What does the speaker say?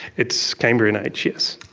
it's cambrian age, yes.